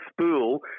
spool